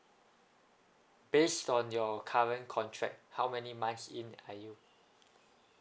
based on your current contract how many months in are you